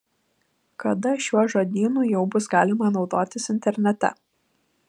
kada šiuo žodynu jau bus galima naudotis internete